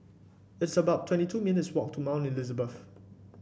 it's about twenty two minutes' walk to Mount Elizabeth